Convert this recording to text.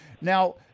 Now